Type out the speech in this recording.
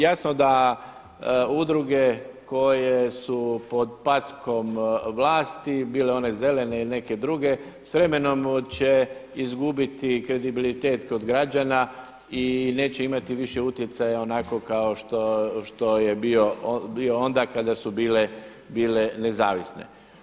Jasno da udruge koje su pod packom vlasti bile one zelene ili neke druge s vremenom će izgubiti kredibilitet kod građana i neće imati više utjecaja onako kao što je bilo onda kada su bile nezavisne.